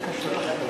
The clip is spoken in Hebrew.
התשע"ב 2011,